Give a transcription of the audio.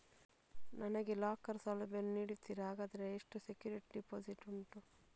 ನನಗೆ ಲಾಕರ್ ಸೌಲಭ್ಯ ವನ್ನು ನೀಡುತ್ತೀರಾ, ಹಾಗಾದರೆ ಎಷ್ಟು ಸೆಕ್ಯೂರಿಟಿ ಡೆಪೋಸಿಟ್ ಉಂಟು?